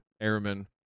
airmen